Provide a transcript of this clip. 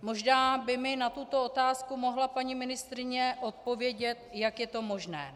Možná by mi na tuto otázku mohla paní ministryně odpovědět, jak je to možné.